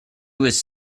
was